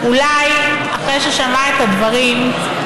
אולי אחרי ששמע את הדברים,